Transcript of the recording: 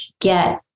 get